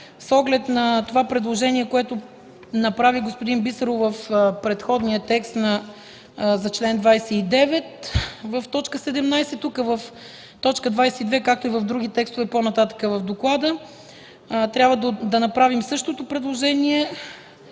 с оглед на това предложение, което направи господин Бисеров в предходния текст за чл. 29. В т. 17 тук, в т. 22, както и в други текстове по-нататък в доклада, трябва да направим същото предложение,